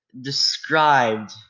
described